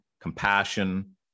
compassion